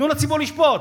תנו לציבור לשפוט,